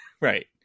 Right